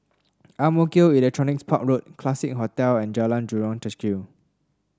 Ang Mo Kio Electronics Park Road Classique Hotel and Jalan Jurong Kechil